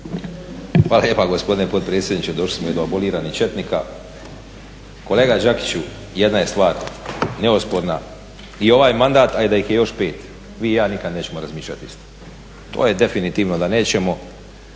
Hvala lijepa gospodine potpredsjedniče. Došli smo i do aboliranih četnika. Kolega Đakiću, jedna je stvar neosporno. I ovaj mandat, a i da ih je još pet, vi i ja nikad nećemo razmišljat isto, to je definitivno da nećemo